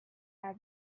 had